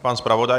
Pan zpravodaj?